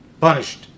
punished